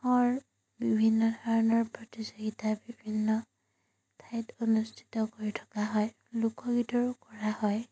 বিভিন্ন ধৰণৰ প্ৰতিযোগিতা বিভিন্ন ঠাইত অনুষ্ঠিত কৰি থকা হয় লোকগীতৰো কৰা হয়